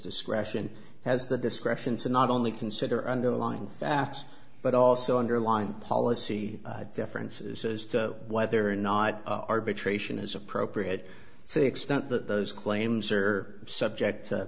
discretion has the discretion to not only consider underlying facts but also underline policy differences as to whether or not arbitration is appropriate to the extent that those claims are subject